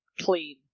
clean